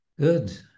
Good